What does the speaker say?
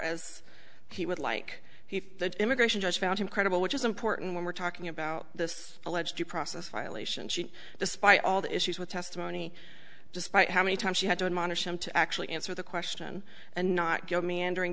as he would like he the immigration judge found him credible which is important when we're talking about this alleged due process violation she despite all the issues with testimony despite how many times she had to admonish him to actually answer the question and not go meandering